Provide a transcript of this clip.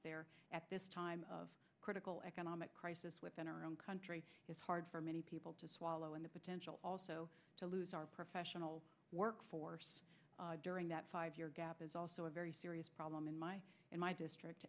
ere at this time of critical economic crisis within our own country is hard for many people to swallow and the potential also to lose our professional workforce during that five year gap is also a very serious problem in my in my district